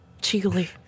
cheekily